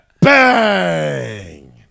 Bang